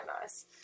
nice